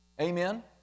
Amen